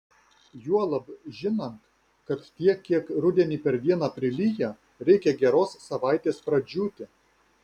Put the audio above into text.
juolab žinant kad tiek kiek rudenį per dieną prilyja reikia geros savaitės pradžiūti